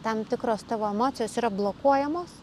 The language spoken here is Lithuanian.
tam tikros tavo emocijos yra blokuojamos